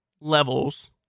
levels